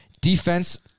defense